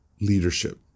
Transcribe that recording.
leadership